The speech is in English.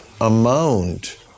amount